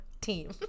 team